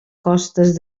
costes